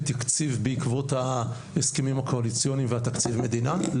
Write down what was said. תקציב בעקבות ההסכמים הקואליציוניים ותקציב המדינה?